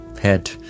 head